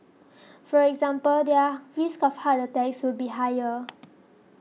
for example their risk of heart attacks would be higher